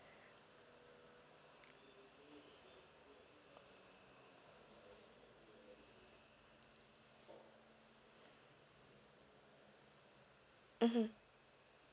mmhmm